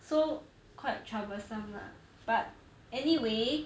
so quite troublesome lah but anyway